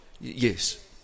Yes